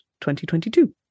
2022